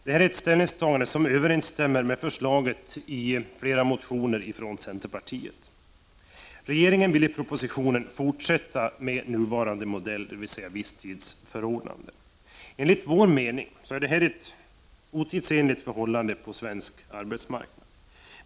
Detta är ett ställningstagande som överensstämmer med förslaget i flera motioner från centerpartiet. Regeringen vill i propositionen fortsätta med nuvarande modell, dvs. visstidsförordnanden. Enligt vår mening är detta ett otidsenligt förhållande på svensk arbetsmarknad.